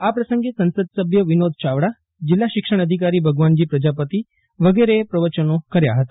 આ પ્રસંગે સંસદ સભ્ય વિનોદ ચાવડા જીલ્લા શિક્ષણધિકારી ભગવાનજી પ્રજાપતિ વગેરેએ પ્રવચનો કાર્ય ફતા